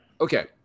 Okay